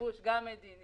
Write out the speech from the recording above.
לגיבוש גם מדיניות